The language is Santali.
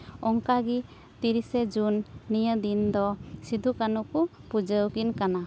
ᱚᱱᱠᱟ ᱜᱮ ᱛᱤᱨᱤᱥᱮ ᱡᱩᱱ ᱱᱤᱭᱟᱹ ᱫᱤᱱ ᱫᱚ ᱥᱤᱫᱩ ᱠᱟᱹᱱᱦᱩ ᱠᱚ ᱯᱩᱡᱟᱹᱣᱟᱠᱤᱱ ᱠᱟᱱᱟ